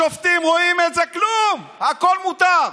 השופטים רואים את זה, כלום, הכול מותר.